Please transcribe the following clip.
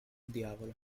diavolo